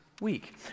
week